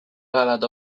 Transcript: ballad